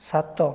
ସାତ